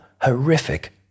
horrific